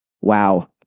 Wow